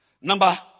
Number